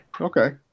Okay